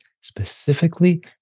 specifically